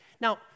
Now